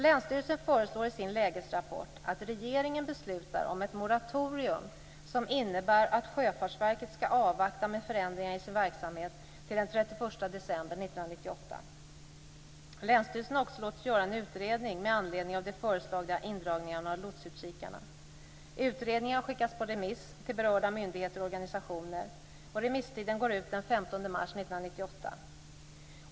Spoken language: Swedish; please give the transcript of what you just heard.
Länsstyrelsen föreslår i sin lägesrapport att regeringen skall besluta om ett moratorium som innebär att Sjöfartsverket skall avvakta med förändringar i sin verksamhet till den 31 december Länsstyrelsen har också låtit göra en utredning med anledning av de föreslagna indragningarna av lotsutkikarna. Utredningen har skickats på remiss till berörda myndigheter och organisationer. Remisstiden går ut den 15 mars 1998.